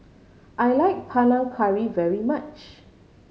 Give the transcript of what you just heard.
I like Panang Curry very much